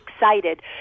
excited